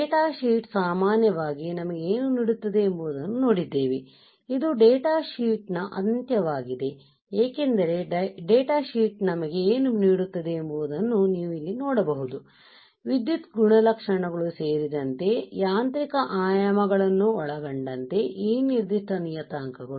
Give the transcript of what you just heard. data sheet ಸಾಮಾನ್ಯವಾಗಿ ನಮಗೆ ಏನು ನೀಡುತ್ತದೆ ಎಂಬುದನ್ನು ನೋಡಿದ್ದೇವೆ ಇದು ಡೇಟಾ ಶೀಟ್ ನ ಅಂತ್ಯವಾಗಿದೆ ಏಕೆಂದರೆ ಡೇಟಾ ಶೀಟ್ ನಮಗೆ ಏನು ನೀಡುತ್ತದೆ ಎಂಬುದನ್ನು ನೀವು ಇಲ್ಲಿ ನೋಡಬಹುದು ವಿದ್ಯುತ್ ಗುಣಲಕ್ಷಣಗಳು ಸೇರಿದಂತೆ ಯಾಂತ್ರಿಕ ಆಯಾಮಗಳನ್ನು ಒಳಗೊಂಡಂತೆ ಈ ನಿರ್ದಿಷ್ಟ ನಿಯತಾಂಕಗಳು